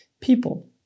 people